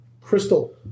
crystal